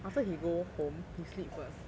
after he go home he sleep first